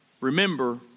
Remember